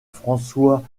françois